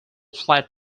flat